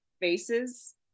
faces